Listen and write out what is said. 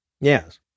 Yes